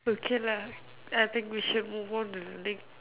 okay lah I think we should move on to the next